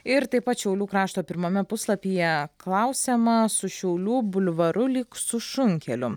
ir taip pat šiaulių krašto pirmame puslapyje klausiama su šiaulių bulvaru lyg su šunkeliu